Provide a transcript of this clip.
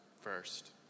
first